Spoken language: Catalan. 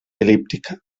el·líptica